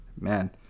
man